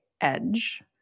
edge